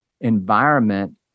environment